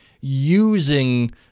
using